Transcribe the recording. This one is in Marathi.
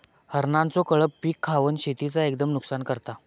हरणांचो कळप पीक खावन शेतीचा एकदम नुकसान करता